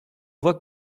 voit